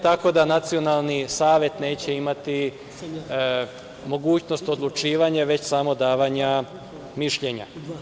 Tako da, Nacionalni savet neće imati mogućnost odlučivanja, već samo davanja mišljenja.